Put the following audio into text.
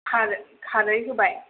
खार खारै होबाय